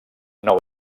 nou